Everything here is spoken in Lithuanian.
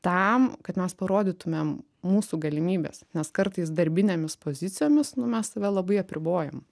tam kad mes parodytumėm mūsų galimybes nes kartais darbinėmis pozicijomis nu mes save labai apribojam